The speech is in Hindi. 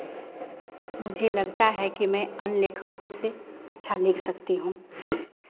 मुझे लगता है कि मैं अन्य लेखकों से अच्छा लिख सकती हूँ